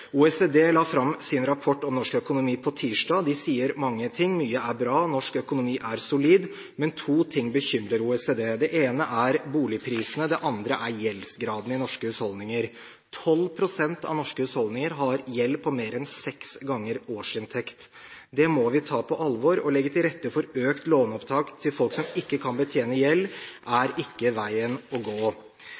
OECD la fram sin rapport om norsk økonomi på tirsdag. De sier mange ting. Mye er bra, norsk økonomi er solid, men to ting bekymrer OECD. Det ene er boligprisene, det andre er gjeldsgraden i norske husholdninger. 12 pst. av norske husholdninger har gjeld på mer enn seks ganger årsinntekt. Det må vi ta på alvor. Å legge til rette for økt låneopptak til folk som ikke kan betjene gjeld, er ikke veien å gå.